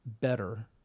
better